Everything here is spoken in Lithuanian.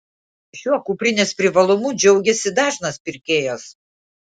šiuo kuprinės privalumu džiaugiasi dažnas pirkėjas